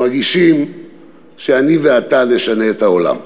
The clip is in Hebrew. מרגישים ש"אני ואתה נשנה את העולם".